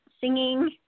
singing